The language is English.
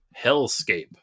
hellscape